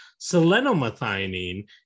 selenomethionine